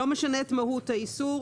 לא משנה את מהות האיסור